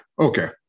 Okay